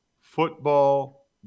football